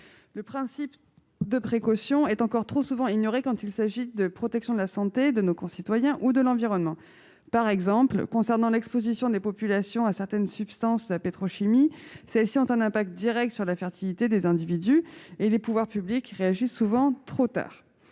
Le principe de précaution est encore trop souvent ignoré quand il s'agit de protection de la santé de nos concitoyens ou de l'environnement. Par exemple, l'exposition des populations à certaines substances de la pétrochimie a un impact direct sur la fertilité des individus et les pouvoirs publics réagissent souvent trop tard.